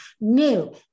new